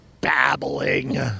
Babbling